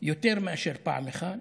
יותר מאשר פעם אחת.